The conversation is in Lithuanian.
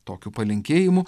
tokiu palinkėjimu